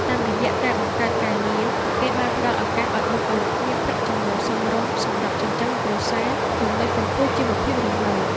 តាមរយៈការបង្កើតការងារ ពួកគេបានផ្ដល់ឱកាសឱ្យបុគ្គលិកមានប្រាក់ចំណូលសមរម្យសម្រាប់ចិញ្ចឹមគ្រួសារ និងលើកកម្ពស់ជីវភាពរស់នៅ។